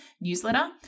newsletter